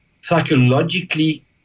psychologically